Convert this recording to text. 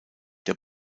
der